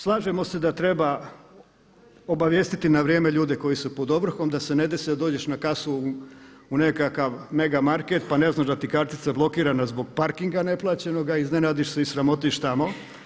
Slažemo se da treba obavijestiti na vrijeme ljude koji su pod ovrhom da se ne desi da dođeš na kasu u nekakav mega market pa ne znaš da ti je kartica blokirana zbog parkinga neplaćenog, iznenadiš se i sramotiš tamo.